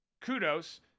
kudos